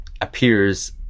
appears